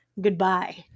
goodbye